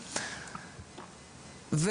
אז,